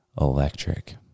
electric